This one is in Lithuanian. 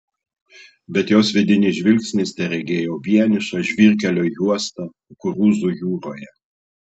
bet jos vidinis žvilgsnis teregėjo vienišą žvyrkelio juostą kukurūzų jūroje